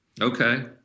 Okay